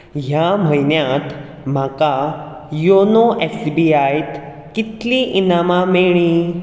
ह्या म्हयन्यांत म्हाका योनो एस बी आयत कितलीं इनामां मेळ्ळीं